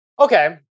Okay